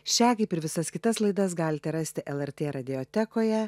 šią kaip ir visas kitas laidas galite rasti lrt radijotekoje